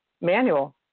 manual